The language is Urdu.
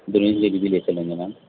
برنج ویلی بھی لے چلیں گے میم